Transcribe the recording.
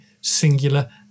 singular